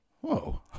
whoa